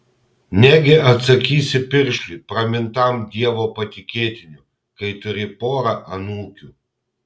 negi atsakysi piršliui pramintam dievo patikėtiniu kai turi porą anūkių